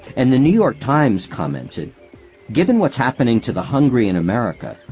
and the new york times commented given what's happening to the hungry in america,